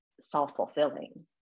self-fulfilling